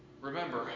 Remember